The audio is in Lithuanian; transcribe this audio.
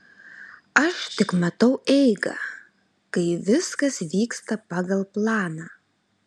aš tik matau eigą kai viskas vyksta pagal planą